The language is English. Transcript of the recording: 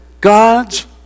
God's